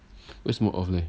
为什么 off leh